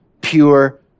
pure